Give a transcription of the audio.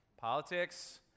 Politics